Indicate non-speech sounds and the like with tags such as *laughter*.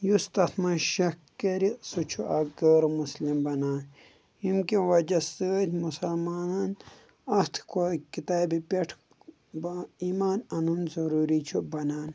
یُس تَتھ منٛز شَک کَرِ سُہ چھُ اَکھ غٲر مُسلِم بَنان ییٚمۍ کہِ وَجہ سۭتۍ مُسلمانَن اَتھ *unintelligible* کِتابہِ پٮ۪ٹھ با ایٖمان اَنُن ضٔروٗری چھُ بَنان